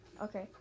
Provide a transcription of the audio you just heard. okay